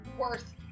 worth